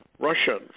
Russian